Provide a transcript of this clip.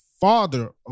father